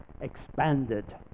expanded